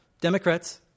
Democrats